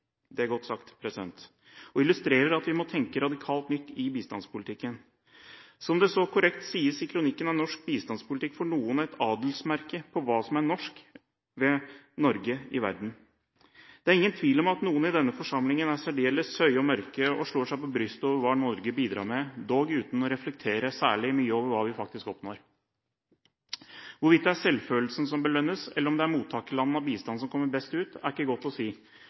Det er godt sagt, og det illustrerer at vi må tenke radikalt nytt i bistandspolitikken. Som det så korrekt sies i kronikken, er norsk bistandspolitikk for noen et adelsmerke på hva som er norsk ved Norge i verden. Det er ingen tvil om at noen i denne forsamlingen er særdeles høye og mørke og slår seg på brystet over hva Norge bidrar med – dog uten å reflektere særlig mye over hva vi faktisk oppnår. Hvorvidt det er selvfølelsen som belønnes, eller om det er mottakerlandene av bistand som kommer best ut, er ikke godt å si,